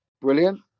Brilliant